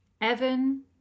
Evan